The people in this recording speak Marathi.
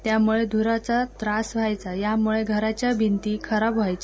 त्यामुळे धूराचा त्रास व्हायचा यामुळे घराच्या भिंती खराब व्हायच्या